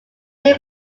name